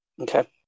Okay